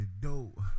dope